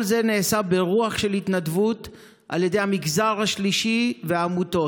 כל זה נעשה ברוח של התנדבות על ידי המגזר השלישי והעמותות.